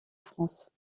france